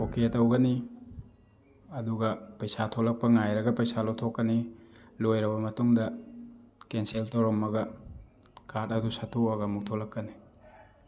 okay ꯇꯧꯒꯅꯤ ꯑꯗꯨꯒ ꯄꯩꯁꯥ ꯊꯣꯛꯂꯛꯄ ꯉꯥꯏꯔꯒ ꯄꯩꯁꯥ ꯂꯧꯊꯣꯛꯀꯅꯤ ꯂꯣꯏꯔꯕ ꯃꯇꯨꯡꯗ ꯀꯦꯟꯁꯦꯜ ꯇꯧꯔꯝꯃꯒ ꯀꯥꯔꯠ ꯑꯗꯨ ꯁꯠꯇꯣꯛꯑꯒ ꯑꯃꯨꯛ ꯊꯣꯛꯂꯛꯀꯅꯤ